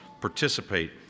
participate